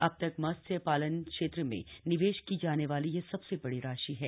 अब तक मत्स्य शालन क्षेत्र में निवेश की जाने वाली ये सबसे बड़ी राशि है